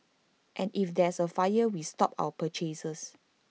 and if there's A fire we stop our purchases